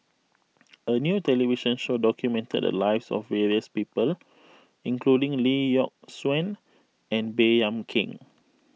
a new television show documented the lives of various people including Lee Yock Suan and Baey Yam Keng